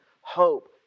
Hope